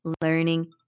learning